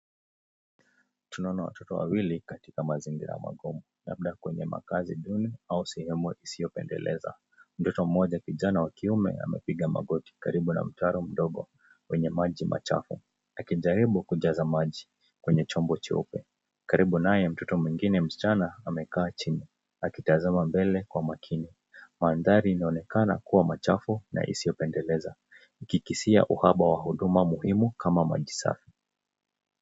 Tunaona watoto wawili katika mazingira magumu labda kwenye makazi duni au sehemu isoyopendeleza. Mtoto mmoja kijana wa kiume amepiga magoti karibu na mtaro mdogo wenye maji machafu, akijaribu kujaza maji kwenye chombo cheupe. Karibu nae, mtoto mwingine msichana amekaa chini akitazama mbele kwa makini. Mandhari inaonekana kuwa machafu na isiyopendeleza, ikikisia uhaba wa huduma muhimu kama maji safi.